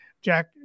Jack